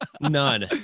None